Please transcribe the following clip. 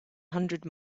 hundred